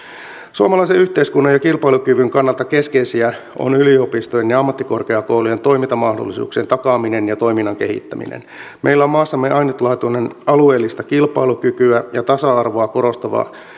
suomalaisen yhteiskunnan ja kilpailukyvyn kannalta keskeistä on yliopistojen ja ammattikorkeakoulujen toimintamahdollisuuksien takaaminen ja toiminnan kehittäminen meillä on maassamme ainutlaatuinen alueellista kilpailukykyä ja tasa arvoa korostava